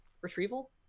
Retrieval